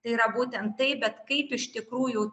tai yra būtent tai bet kaip iš tikrųjų